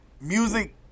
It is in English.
Music